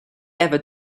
ever